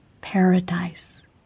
paradise